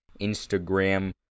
Instagram